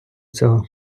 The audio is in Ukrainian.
цього